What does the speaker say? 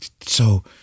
so-